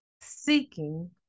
seeking